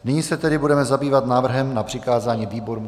Nyní se tedy budeme zabývat návrhem na přikázání výborům.